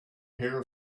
hair